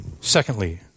Secondly